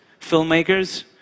filmmakers